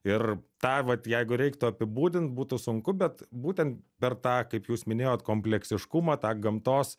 ir tą vat jeigu reiktų apibūdint būtų sunku bet būtent per tą kaip jūs minėjot kompleksiškumą tą gamtos